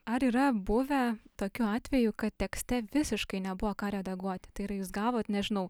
ar yra buvę tokių atvejų kad tekste visiškai nebuvo ką redaguoti tai yra jūs gavot nežinau